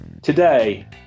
Today